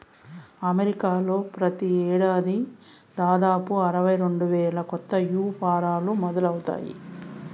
అమెరికాలో ప్రతి ఏడాది దాదాపు అరవై రెండు వేల కొత్త యాపారాలు మొదలవుతాయి